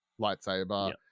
lightsaber